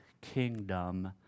kingdom